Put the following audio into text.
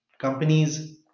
companies